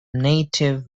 native